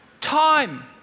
Time